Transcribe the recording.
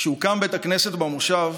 כשהוקם בית הכנסת במושב,